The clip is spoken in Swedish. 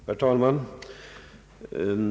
Herr talman!